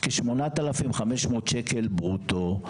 כ-8,500 שקל ברוטו.